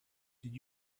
did